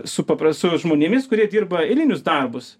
su papras su žmonėmis kurie dirba eilinius darbus